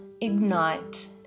ignite